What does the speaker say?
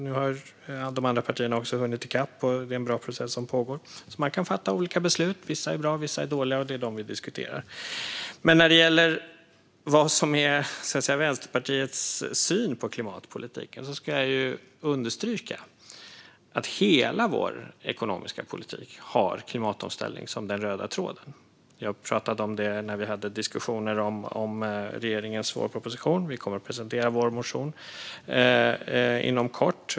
Nu har de andra partierna också hunnit i kapp, och det är en bra process som pågår. Man kan fatta olika beslut. Vissa är bra och vissa är dåliga, och det är dem vi diskuterar. Men när det gäller vad som är Vänsterpartiets syn på klimatpolitiken ska jag understryka att hela vår ekonomiska politik har klimatomställning som röd tråd. Vi pratade om detta när vi hade diskussioner om regeringens vårproposition. Vi kommer att presentera vår motion inom kort.